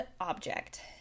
object